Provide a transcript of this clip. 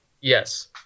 Yes